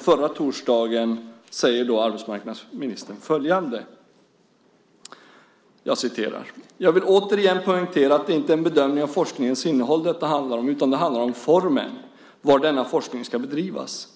förra torsdagen sade arbetsmarknadsministern följande: "Jag vill återigen poängtera att det inte är en bedömning av forskningens innehåll detta handlar om utan det handlar om formen, var denna forskning ska bedrivas.